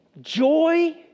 Joy